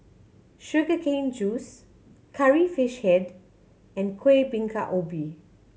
sugar cane juice Curry Fish Head and Kueh Bingka Ubi